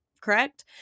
Correct